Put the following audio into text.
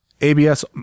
ABS